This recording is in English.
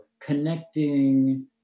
connecting